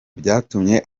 byatumye